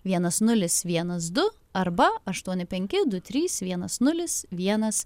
vienas nulis vienas du arba aštuoni penki du trys vienas nulis vienas